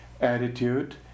attitude